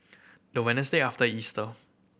the Wednesday after Easter